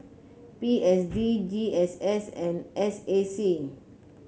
P S D G S S and S A C